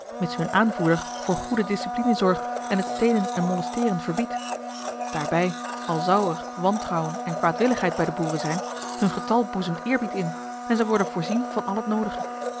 mits hun aanvoerder voor goede discipline zorgt en het stelen en molesteeren verbiedt daarbij al zou er wantrouwen en kwaadwilligheid bij de boeren zijn hun getal boezemt eerbied in en zij worden voorzien van al het noodige